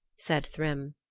said thrym.